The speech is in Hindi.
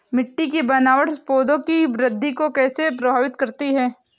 मिट्टी की बनावट पौधों की वृद्धि को कैसे प्रभावित करती है?